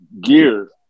gear